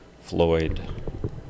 Floyd